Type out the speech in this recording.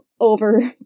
over